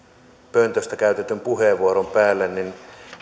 pöntöstä käytetyn puheenvuoron päälle